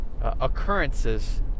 occurrences